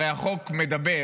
הרי החוק מדבר: